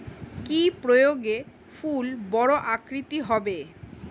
কি প্রয়োগে ফুল বড় আকৃতি হবে?